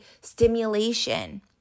stimulation